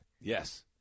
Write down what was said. Yes